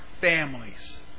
families